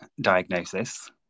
diagnosis